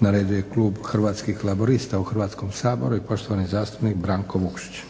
Na redu je Klub Hrvatskih laburista u Hrvatskom saboru i poštovani zastupnik Branko Vukšić.